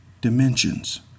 dimensions